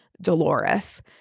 Dolores